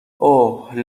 اوه